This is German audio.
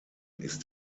ist